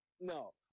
No